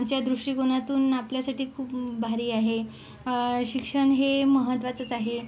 ज्या दृष्टीकोनातून आपल्यासाठी खूप भारी आहे शिक्षण हे महत्वाचंच आहे